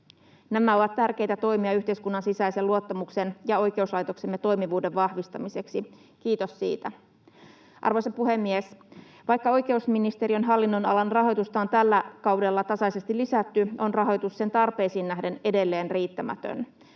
Nämä ovat tärkeitä toimia yhteiskunnan sisäisen luottamuksen ja oikeuslaitoksemme toimivuuden vahvistamiseksi — kiitos siitä. Arvoisa puhemies! Vaikka oikeusministeriön hallinnonalan rahoitusta on tällä kaudella tasaisesti lisätty, on rahoitus sen tarpeisiin nähden edelleen riittämätön.